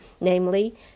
namely